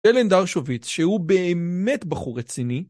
אלן דרשוביץ, שהוא באמת בחור רציני.